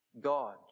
God